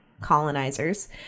colonizers